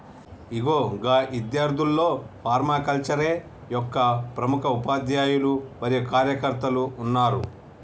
ఇగో గా ఇద్యార్థుల్లో ఫర్మాకల్చరే యొక్క ప్రముఖ ఉపాధ్యాయులు మరియు కార్యకర్తలు ఉన్నారు